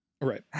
Right